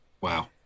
Wow